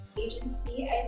agency